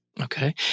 Okay